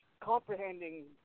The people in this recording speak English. comprehending